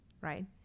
right